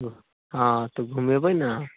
हँ तऽ घुमेबै नहि अहाँ